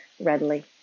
readily